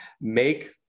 make